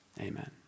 amen